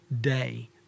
day